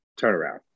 turnaround